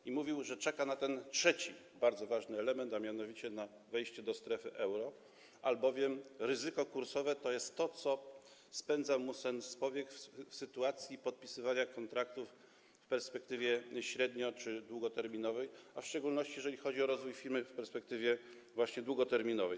I mówił, że czeka na ten trzeci bardzo ważny moment, a mianowicie na wejście do strefy euro, albowiem ryzyko kursowe to jest to, co spędza mu sen z powiek w sytuacji podpisywania kontraktów w perspektywie średnio- czy długoterminowej, w szczególności właśnie jeżeli chodzi o rozwój firmy w perspektywie długoterminowej.